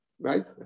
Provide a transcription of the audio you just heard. Right